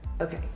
Okay